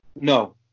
No